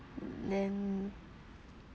then